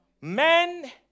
Men